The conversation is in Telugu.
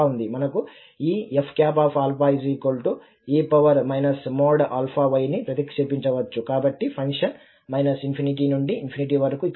మనము ఈ fˆe ||y ని ప్రతిక్షేపించవచ్చు కాబట్టి ఫంక్షన్ ∞ నుండి ∞ వరకు